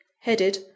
Headed